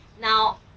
Now